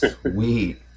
sweet